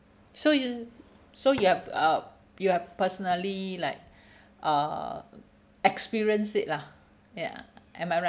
so you so you have uh you have personally like uh experience it lah ya am I right